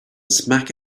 smack